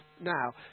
now